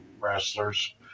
wrestlers